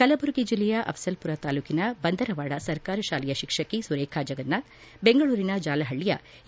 ಕಲಬುರಗಿ ಜಿಲ್ಲೆಯ ಅಫಲ್ಪುರ ತಾಲೂಕಿನ ಬಂದರವಾದ ಸರ್ಕಾರ ಶಾಲೆಯ ಶಿಕ್ಷಕಿ ಸುರೇಖಾ ಜಗನಾಥ್ ಬೆಂಗಳೂರಿನ ಜಾಲಹಳ್ಳಿಯ ಎ